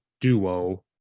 duo